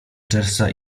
czerwca